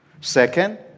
Second